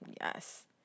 yes